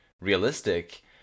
realistic